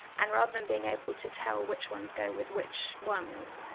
and rather than being able to tell which ones go with which ones,